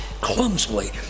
clumsily